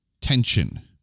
tension